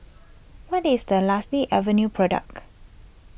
what is the lusty avenue product